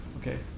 Okay